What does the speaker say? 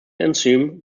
enzyme